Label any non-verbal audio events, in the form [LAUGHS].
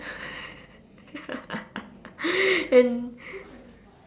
[LAUGHS] then